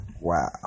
wow